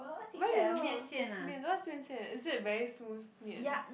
where do you go 面 what's 面线 is it very smooth 面